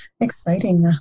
exciting